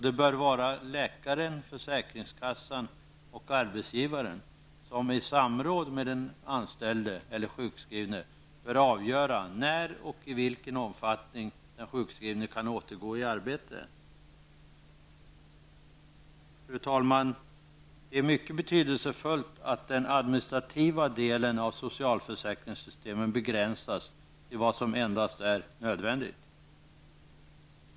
Det bör vara läkaren, försäkringskassan och arbetsgivaren som i samråd med den anställde bör avgöra när och i vilken omfattning den sjukskrivne kan återgå i arbete. Fru talman! Det är mycket betydelsefullt att den administrativa delen av socialförsäkringssystemen begränsas till vad som absolut är nödvändigt.